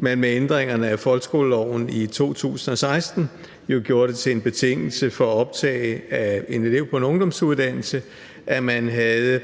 man med ændringerne af folkeskoleloven i 2016 jo gjorde det til en betingelse for optagelse af en elev på en ungdomsuddannelse, at vedkommende havde